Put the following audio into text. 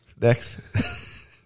Next